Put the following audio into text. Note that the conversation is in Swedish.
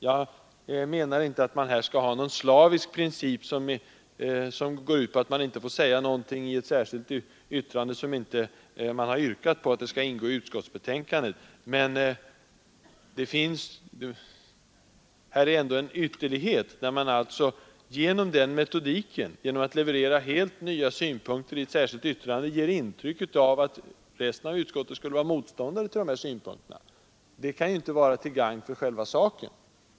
Jag menar inte att det skall vara en slavisk princip att man i ett särskilt yttrande inte får säga något som man inte tidigare har yrkat på skall ingå i utskottets betänkande. Men här är det ändå fråga om en ytterlighet när man genom att leverera helt nya synpunkter till ett särskilt yttrande ger intryck av att de övriga utskottsledamöterna skulle vara motståndare till dessa synpunkter. Det kan ju inte vara till gagn för själva saken.